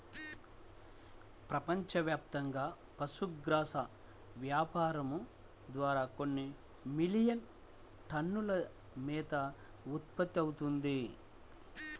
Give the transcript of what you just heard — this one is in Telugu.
ప్రపంచవ్యాప్తంగా పశుగ్రాసం వ్యాపారం ద్వారా కొన్ని మిలియన్ టన్నుల మేత ఉత్పత్తవుతుంది